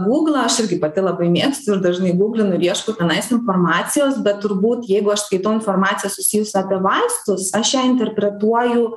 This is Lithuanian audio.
gūglą aš irgi pati labai mėgstu ir dažnai guglinu ir ieškau tenais informacijos bet turbūt jeigu aš skaitau informaciją susijusią apie vaistus aš ją interpretuoju